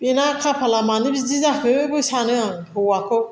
बेना खाफाला मानो बिदि जाखोबो सानो आं हौवाखौ